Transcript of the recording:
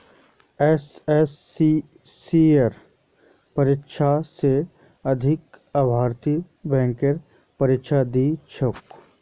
एसएससीर परीक्षा स अधिक अभ्यर्थी बैंकेर परीक्षा दी छेक